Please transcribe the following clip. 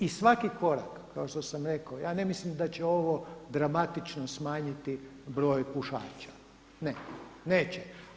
I svaki korak kao što sam rekao ja ne mislim da će ovo dramatično smanjiti broj pušača, ne neće.